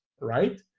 right